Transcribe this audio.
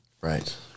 Right